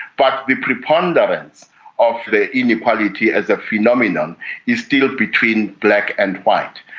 but the preponderance of the inequality as a phenomenon is still between black and white.